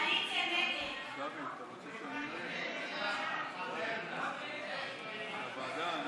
ההסתייגות (184) של חבר הכנסת אילן גילאון לסעיף 1 לא